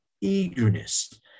eagerness